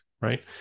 Right